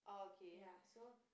ya so